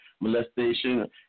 molestation